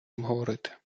обговорити